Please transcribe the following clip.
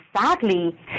sadly